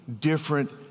different